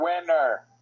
winner